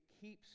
keeps